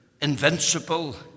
invincible